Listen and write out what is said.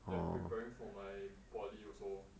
then preparing for my poly also